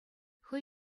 хӑй